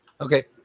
Okay